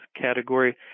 category